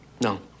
No